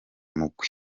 mugwi